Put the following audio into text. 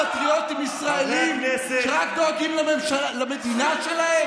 אז אתם מטיפים לפטריוטים ישראלים שרק דואגים למדינה שלהם?